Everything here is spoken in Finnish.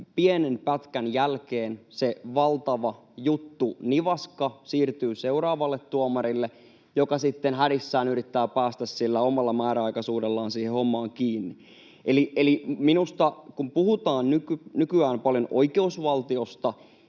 pienen pätkän jälkeen se valtava juttunivaska siirtyy seuraavalle tuomarille, joka sitten hädissään yrittää päästä sillä omalla määräaikaisuudellaan siihen hommaan kiinni. Eli kun puhutaan nykyään paljon oikeusvaltiosta,